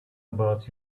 about